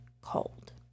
cold